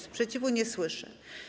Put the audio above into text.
Sprzeciwu nie słyszę.